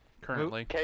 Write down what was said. currently